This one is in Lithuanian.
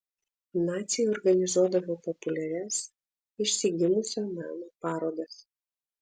naciai organizuodavo populiarias išsigimusio meno parodas